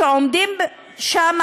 שעומדים שם